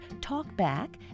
talkback